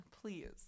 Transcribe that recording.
please